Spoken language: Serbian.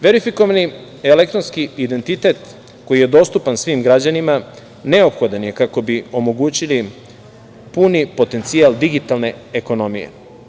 Verifikovani elektronski identitet koji je dostupan svim građanima neophodan je kako bi omogućili puni potencijal digitalne ekonomije.